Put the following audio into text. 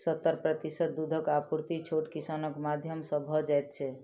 सत्तर प्रतिशत दूधक आपूर्ति छोट किसानक माध्यम सॅ भ जाइत छै